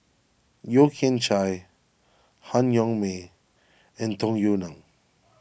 Yeo Kian Chye Han Yong May and Tung Yue Nang